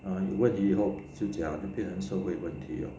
啊你问以后就讲变得社会问题